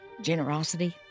generosity